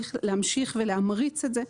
צריך להמשיך ולהמריץ את זה.